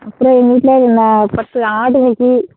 அப்றம் எங்கள் வீட்டில் என்ன பத்து ஆடு நிக்கி